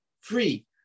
Free